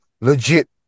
legit